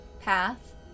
path